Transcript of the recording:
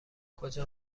کجا